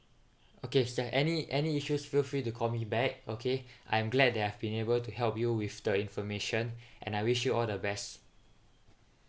okay is there any any issues feel free to call me back okay I'm glad that I've been able to help you with the information and I wish you all the best